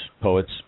poets